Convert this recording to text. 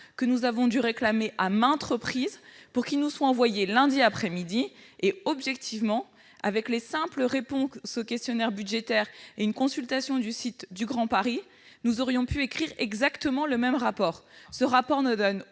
Nous avons dû le réclamer à maintes reprises, pour qu'il nous soit envoyé lundi après-midi. Or, objectivement, avec les seules réponses aux questionnaires budgétaires et une consultation du site du Grand Paris, nous aurions pu rédiger exactement le même rapport ... Ce document ne